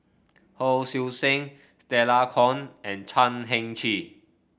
Hon Sui Sen Stella Kon and Chan Heng Chee